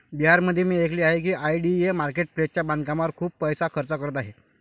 बिहारमध्ये मी ऐकले आहे की आय.डी.ए मार्केट प्लेसच्या बांधकामावर खूप पैसा खर्च करत आहे